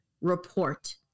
report